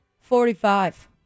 Forty-five